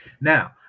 Now